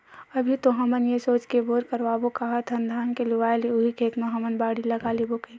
अभी तो हमन ये सोच के बोर करवाबो काहत हन धान के लुवाय ले उही खेत म हमन बाड़ी लगा लेबो कहिके